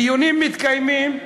דיונים מתקיימים,